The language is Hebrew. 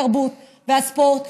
התרבות והספורט,